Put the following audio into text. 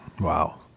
wow